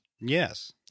Yes